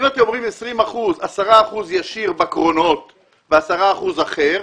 אם אתם אומרים 20 אחוזים כאשר 10 אחוזים ישיר בקרונות ו-10 אחוזים אחר,